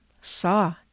saw